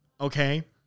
okay